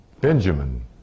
Benjamin